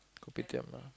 Kopitiam lah